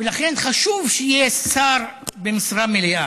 לכן, חשוב שיהיה שר במשרה מלאה.